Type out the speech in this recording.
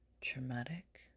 traumatic